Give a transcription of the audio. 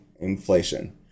inflation